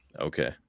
Okay